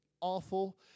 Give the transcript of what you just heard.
awful